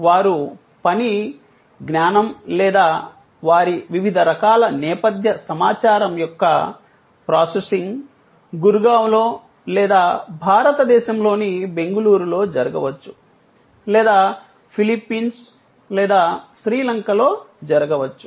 వారు పని జ్ఞాననం లేదా వారి వివిధ రకాల నేపథ్య సమాచారం యొక్క ప్రాసెసింగ్ గుర్గావ్లో లేదా భారతదేశంలోని బెంగళూరులో జరగవచ్చు లేదా ఫిలిప్పీన్స్ లేదా శ్రీలంకలో జరగవచ్చు